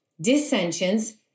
dissensions